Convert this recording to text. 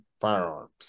Firearms